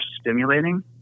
stimulating